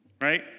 right